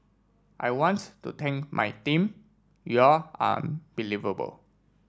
I want to thank my team you're unbelievable